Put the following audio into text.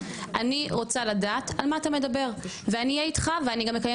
אני רוצה לדעת על מה אתה מדבר ואני אהיה איתך ואני גם אקיים